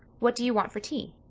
what do you want for tea?